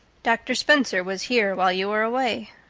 doctor spencer was here while you were away,